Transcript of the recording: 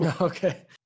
Okay